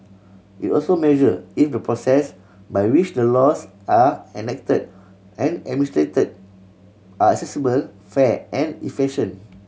it also measure if the process by which the laws are enacted and administered are accessible fair and efficient